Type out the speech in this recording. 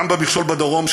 גם במכשול בדרום,